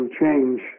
change